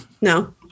No